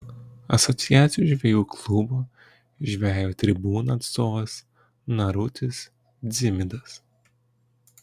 asociacijos žvejų klubo žvejo tribūna atstovas narutis dzimidas